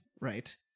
right